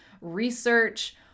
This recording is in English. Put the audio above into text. research